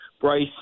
Bryce